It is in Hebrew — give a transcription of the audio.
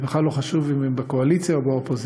זה בכלל לא חשוב אם הם בקואליציה או באופוזיציה.